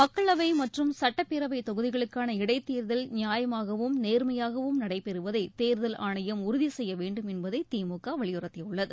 மக்களவை மற்றும் சுட்டப்பேரவைத் தொகுதிகளுக்கான இடைத்தேர்தல் நியாயமாகவும் நேர்மையாகவும் நடைபெறுவதை தேர்தல் ஆணையம் உறுதி செய்ய வேண்டும் என்று திமுக வலியுறுத்தியுள்ளது